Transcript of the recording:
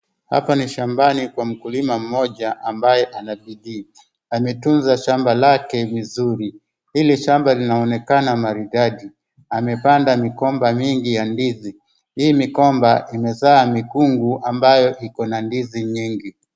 Hapa ni shambani Kwa mkulima mmoja ambaye ana bidii, ametunza shamba lake vizuri, hili shamba linaonekana maridadi. Amepanda migomba mingi ya ndizi, hii migomba imezaa mikungu ambayo iko na ndizi mingi.